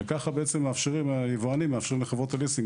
וככה היבואנים מאפשרים לחברות הליסינג